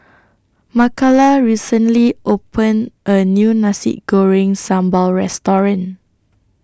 Makala recently opened A New Nasi Goreng Sambal Restaurant